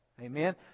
Amen